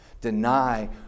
deny